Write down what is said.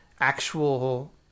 actual